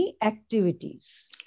activities